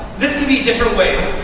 this can be different ways.